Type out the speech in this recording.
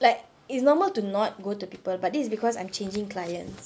like it's normal to not go to people but this is because I'm changing clients